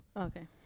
Okay